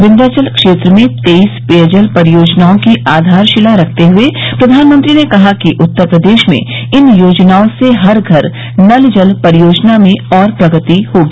विन्ध्याचल क्षेत्र में तेईस पेयजल परियोजनाओं की आधारशिला रखते हुए प्रधानमंत्री ने कहा कि उत्तर प्रदेश में इन योजनाओं से हर घर नल जल परियोजना में और प्रगति होगी